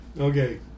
Okay